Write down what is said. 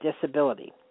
disability